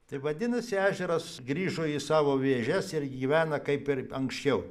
taip vadinasi ežeras grįžo į savo vėžes ir gyvena kaip ir anksčiau